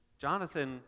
Jonathan